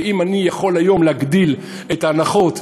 ואם אני יכול היום להגדיל את ההנחות,